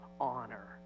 honor